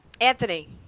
Anthony